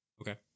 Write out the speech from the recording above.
Okay